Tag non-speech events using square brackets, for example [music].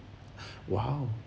[breath] !wow!